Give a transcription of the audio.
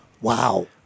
Wow